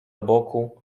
boku